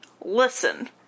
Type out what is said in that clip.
listen